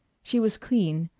she was clean,